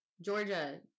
Georgia